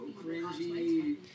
cringy